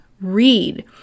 read